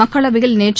மக்களவையில் நேற்று